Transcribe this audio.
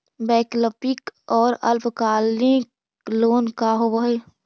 वैकल्पिक और अल्पकालिक लोन का होव हइ?